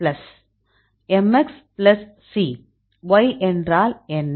mx plus c y என்றால் என்ன